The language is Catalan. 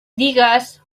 digues